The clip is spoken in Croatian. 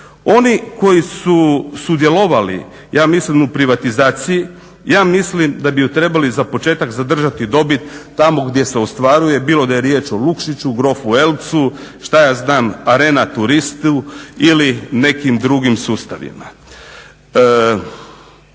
Oni koji su sudjelovali ja mislim u privatizaciji ja mislim da bi ju trebali za početak zadržati dobit tamo gdje se ostvaruje bilo da je riječ o Lukšiću, grofu Eltzu, Arena turistu ili nekim drugim sustavima.